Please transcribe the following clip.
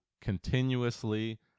continuously